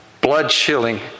blood-chilling